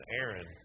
Aaron